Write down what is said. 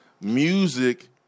Music